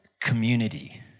community